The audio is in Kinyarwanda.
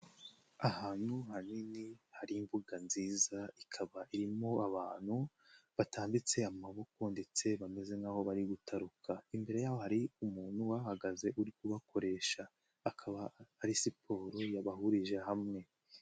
Ahantu hanini hari imbuga nziza ikaba irimo abantu batambitse amaboko ndetse bameze nk'aho bari gutaruka, imbere yaho hari umuntu uhahagaze uri kubakoresha, akaba ari siporo yabahurije hamwe.